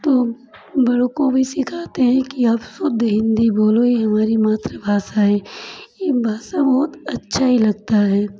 तो बड़ों को भी सिखाते हैं कि आप शुद्ध हिंदी बोलो ये हमारी मातृभाषा है ये भाषा बहुत अच्छा ही लगता है